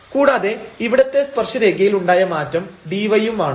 കൂടാതെ ഇവിടത്തെ സ്പർശരേഖയിൽ ഉണ്ടായ മാറ്റം dy ഉം ആണ്